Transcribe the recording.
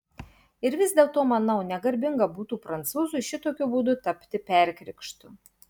ir vis dėlto manau negarbinga būtų prancūzui šitokiu būdu tapti perkrikštu